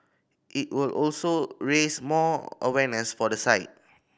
it will also raise more awareness for the site